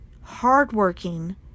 hardworking